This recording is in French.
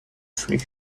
flux